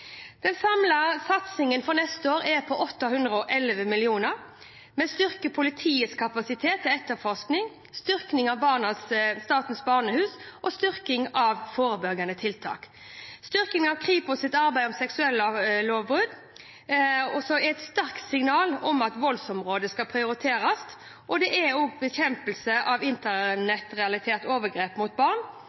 Den samlede satsingen for neste år er på 811 mill. kr. Vi styrker politiets kapasitet til etterforskning, vi styrker Statens barnehus, og vi styrker forebyggende tiltak. Styrkingen av Kripos’ arbeid med seksuallovbrudd er et sterkt signal om at voldsområdet skal prioriteres, og også bekjempelse av internettrelaterte overgrep mot barn